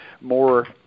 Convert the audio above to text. more